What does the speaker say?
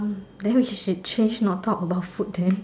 then we should change not talk about food then